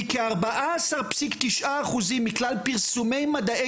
כארבעה עשר פסיק תשעה אחוזים מכלל פרסומי מדעי